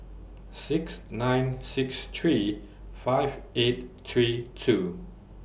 six nine six three five eight three two